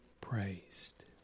praised